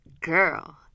girl